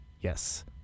yes